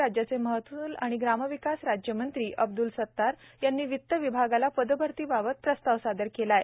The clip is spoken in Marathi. त्यासाठी राज्याचे महसूल व ग्रामविकास राज्यमंत्री अब्दुल सतार यांनी वित्त विभागाला पदभरती बाबत प्रस्ताव सादर केला आहे